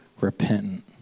repentant